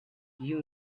you